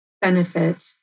benefit